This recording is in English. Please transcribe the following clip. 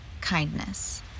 kindness